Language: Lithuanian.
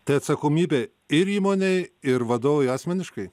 tai atsakomybė ir įmonei ir vadovui asmeniškai